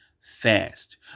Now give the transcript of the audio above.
fast